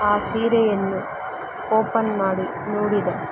ಆ ಸೀರೆಯನ್ನು ಓಪನ್ ಮಾಡಿ ನೋಡಿದೆ